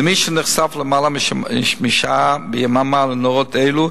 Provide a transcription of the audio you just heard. למי שנחשף למעלה משעה ביממה לנורות אלה,